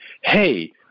hey –